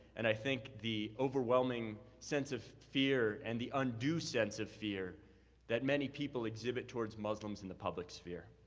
and i think the overwhelming sense of fear and the undue sense of fear that many people exhibit exhibit towards muslims in the public sphere.